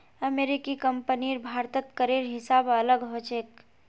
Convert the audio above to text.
अमेरिकी कंपनीर भारतत करेर हिसाब अलग ह छेक